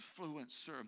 influencer